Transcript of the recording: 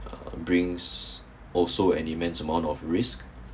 uh brings also an immense amount of risk